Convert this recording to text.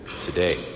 today